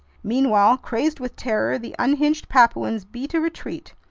meanwhile, crazed with terror, the unhinged papuans beat a retreat.